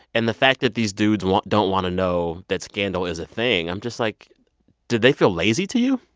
and the fact that these dudes want don't want to know that scandal is a thing, i'm just, like did they feel lazy to you?